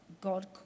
God